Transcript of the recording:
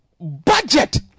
budget